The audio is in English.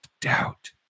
doubt